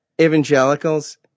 evangelicals